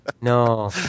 No